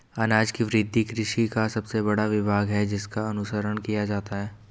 अनाज की वृद्धि कृषि का सबसे बड़ा विभाग है जिसका अनुसरण किया जाता है